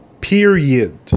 period